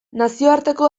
nazioarteko